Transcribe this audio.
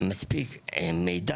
מספיק שאלות ולא נותנים להן מספיק מידע,